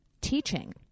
teaching